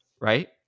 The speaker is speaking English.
right